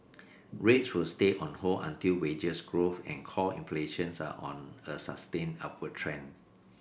rates will stay on hold until wages growth and core inflations are on a sustained upward trend